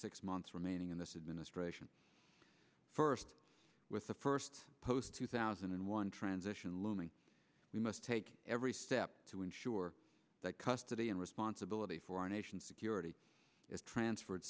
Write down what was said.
six months remaining in this administration first with the first post two thousand and one transition looming we must take every step to ensure that custody and responsibility for our nation's security is transferred